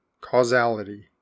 causality